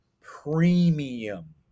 premium